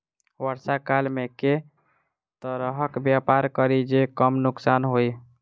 वर्षा काल मे केँ तरहक व्यापार करि जे कम नुकसान होइ?